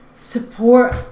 support